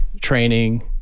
training